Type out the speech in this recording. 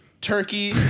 turkey